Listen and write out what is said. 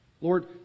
Lord